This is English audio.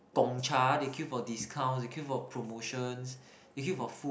Gong-Cha they queue for discounts they queue for promotions they queue for food